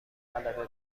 غلبه